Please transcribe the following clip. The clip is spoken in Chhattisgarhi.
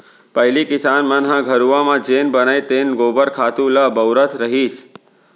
पहिली किसान मन ह घुरूवा म जेन बनय तेन गोबर खातू ल बउरत रहिस